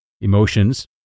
emotions